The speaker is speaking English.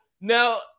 now